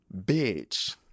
Bitch